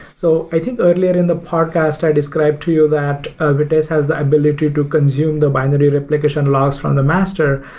so i think earlier in the podcast i described to you that ah vitess has the ability to consume the binary replication logs from the master,